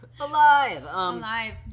Alive